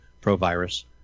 pro-virus